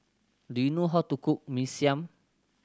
do you know how to cook Mee Siam